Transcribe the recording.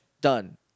Done